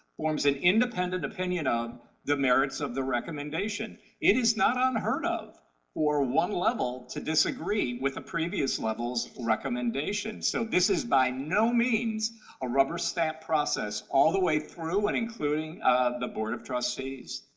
forms an independent opinion of the merits of the recommendation. it is not unheard of for one level to disagree with the previous levels' recommendation, so this is by no means a rubber-stamp process all the way through and including the board of trustees.